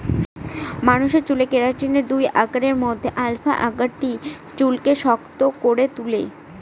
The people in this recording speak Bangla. মানুষের চুলে কেরাটিনের দুই আকারের মধ্যে আলফা আকারটি চুলকে শক্ত করে তুলে